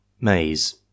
Maze